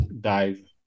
dive